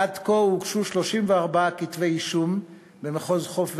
עד כה הוגשו 34 כתבי אישום במחוז חוף ודרום,